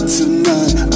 tonight